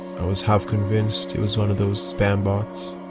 i was half convinced it was one of those spam bots.